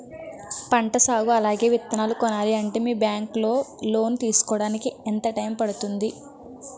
పంట సాగు అలాగే విత్తనాలు కొనాలి అంటే మీ బ్యాంక్ లో లోన్ తీసుకోడానికి ఎంత టైం పడుతుంది?